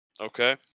okay